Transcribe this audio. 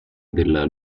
della